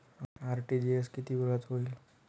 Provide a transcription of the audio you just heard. RTGS किती वेळात होईल?